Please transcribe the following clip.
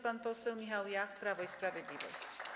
Pan poseł Michał Jach, Prawo i Sprawiedliwość.